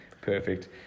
Perfect